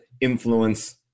Influence